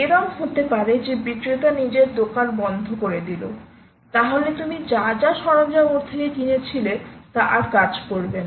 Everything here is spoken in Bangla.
এরম হতে পারে যে বিক্রেতা নিজের দোকান বন্ধ করে দিল তাহলে তুমি যা যা সরঞ্জাম ওর থেকে কিনে ছিলে তা আর কাজ করবে না